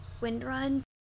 Windrun